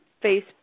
face